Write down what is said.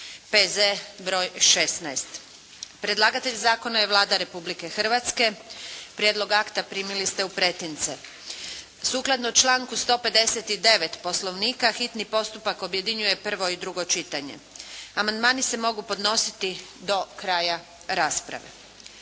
P.Z. br. 16. Predlagatelj zakona je Vlada Republike Hrvatske. Prijedlog akta primili ste u pretince. Sukladno članku 159. Poslovnika hitni postupak objedinjuje prvo i drugo čitanje. Amandmani se mogu podnositi do kraja rasprave.